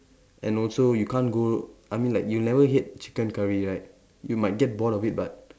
and also you can't go I mean like you'll never hate chicken curry right you might get bored of it but